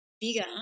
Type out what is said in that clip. bigger